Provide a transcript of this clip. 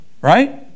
Right